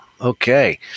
okay